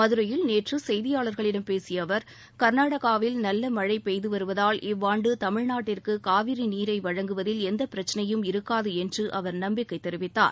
மதுரையில் நேற்று செய்தியாளர்களிடம் பேசிய அவர் கர்நாடகாவில் நல்ல மழை பெய்து வருவதால் இவ்வாண்டு தமிழ்நாட்டிற்கு காவிரி நீரை வழங்குவதில் எந்தப் பிரச்னையும் இருக்காது என்று அவர் நம்பிக்கை தெரிவித்தார்